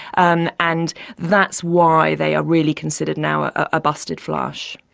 and and that's why they are really considered now a busted flush.